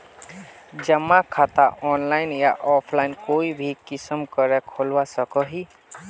जमा खाता ऑनलाइन या ऑफलाइन कोई भी किसम करे खोलवा सकोहो ही?